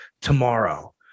tomorrow